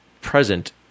present